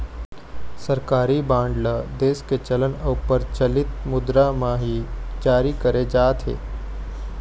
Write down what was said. सरकारी बांड ल देश के चलन अउ परचलित मुद्रा म ही जारी करे जाथे